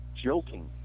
joking